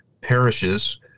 parishes